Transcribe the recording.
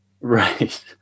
Right